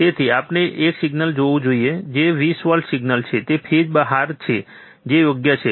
તેથી આપણે એક સિગ્નલ જોવું જોઈએ જે 20 વોલ્ટ સિગ્નલ છે તે ફેઝની બહાર છે જે યોગ્ય છે